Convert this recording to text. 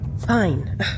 Fine